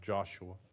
Joshua